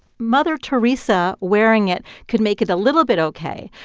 mother teresa wearing it could make it a little bit ok.